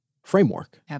framework